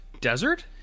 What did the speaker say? desert